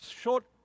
short